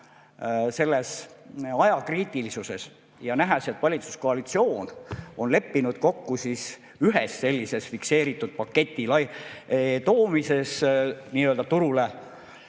see: ajakriitilisuses, nähes, et valitsuskoalitsioon on leppinud kokku ühes sellises fikseeritud paketi nii-öelda turule